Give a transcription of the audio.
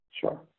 Sure